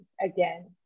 again